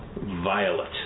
Violet